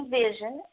vision